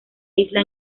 isla